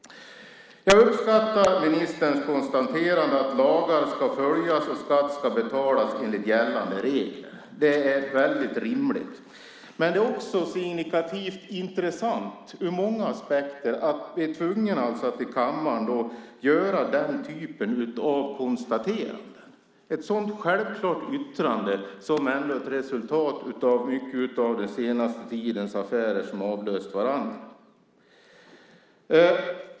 Jag uppskattar ministerns konstaterande att lagar ska följas och skatt ska betalas enligt gällande regler. Det är väldigt rimligt. Men det är också signifikativt och intressant ur många aspekter att ministern ska vara tvungen att i kammaren göra den typen av konstateranden. Ett sådant självklart yttrande är ändå resultatet av mycket av den senaste tidens affärer som har avlöst varandra.